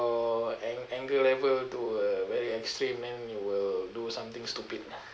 your ang~ anger level to a very extreme then you will do something stupid